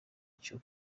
cyo